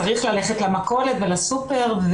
צריך ללכת למכולת ולסופר,